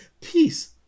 Peace